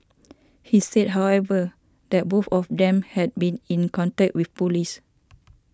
he said however that both of them had been in contact with police